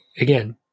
again